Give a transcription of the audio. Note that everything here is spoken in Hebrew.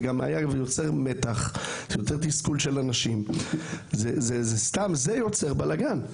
זה יוצר מתח ותסכול של אנשים, זה יוצר בלגן.